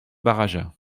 barraja